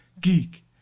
Geek